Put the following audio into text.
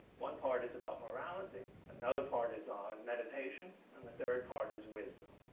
one part is about morality. another part is on meditation. and the third part is wisdom.